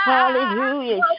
Hallelujah